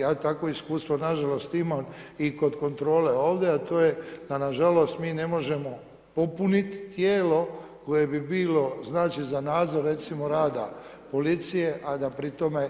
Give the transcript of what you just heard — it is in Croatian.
Ja takvo iskustvo, nažalost imam i kod kontrole ovdje, a to je da nažalost mi ne možemo popuniti tijelo koje bi bilo znači, za nadzor recimo rada policije, a da pri tome,